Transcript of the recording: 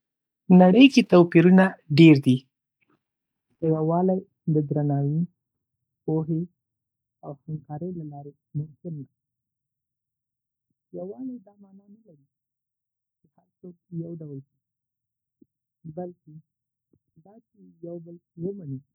نړۍ کې توپیرونه ډېر دي، خو یووالی د درناوي، پوهې، او همکارۍ له لارې ممکن ده. یووالی دا معنا نه لري چې هر څوک یو ډول شي، بلکې دا چې یو بل ومنو او یو ځای کار وکړو.